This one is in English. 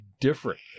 different